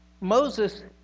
Moses